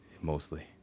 mostly